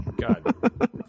God